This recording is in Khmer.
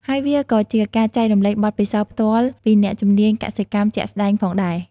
ហើយវាក៏ជាការចែករំលែកបទពិសោធន៍ផ្ទាល់ពីអ្នកជំនាញកសិកម្មជាក់ស្តែងផងដែរ។